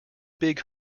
big